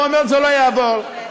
לא בעמידה.